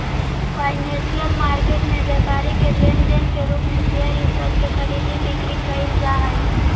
financial market में व्यापारी के लेन देन के रूप में शेयर इ सब के खरीद बिक्री कैइल जा हई